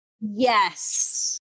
Yes